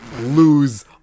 lose